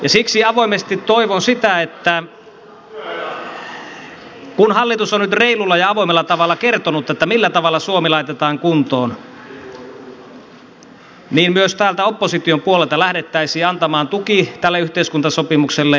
siksi avoimesti toivon sitä että kun hallitus on nyt reilulla ja avoimella tavalla kertonut millä tavalla suomi laitetaan kuntoon niin myös täältä opposition puolelta lähdettäisiin antamaan tuki tälle yhteiskuntasopimukselle